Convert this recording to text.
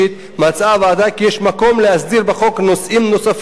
מצאה הוועדה כי יש מקום להסדיר בחוק נושאים נוספים,